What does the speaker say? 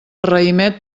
raïmet